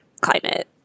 climate